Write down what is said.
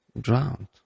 drowned